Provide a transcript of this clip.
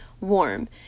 warm